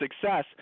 success